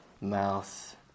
mouth